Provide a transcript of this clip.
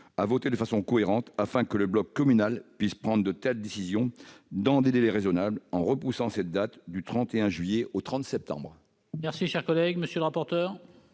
à voter de façon cohérente, afin que le bloc communal puisse prendre de telles décisions dans des délais raisonnables, en repoussant cette date du 31 juillet au 30 septembre. Quel est l'avis de la